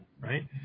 right